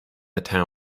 within